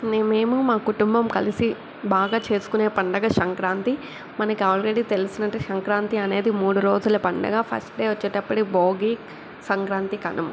మేం మేము మా కుటుంబం కలిసి బాగా చేసుకునే పండుగ సంక్రాంతి మనకి ఆల్రెడీ తెలిసినట్టే సంక్రాంతి అనేది మూడు రోజుల పండుగ ఫస్ట్ డే వచ్చేటప్పటికి భోగి సంక్రాంతి కనుమ